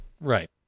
Right